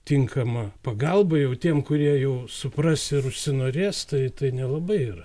tinkamą pagalbą jau tiem kurie jau supras ir užsinorės tai tai nelabai yra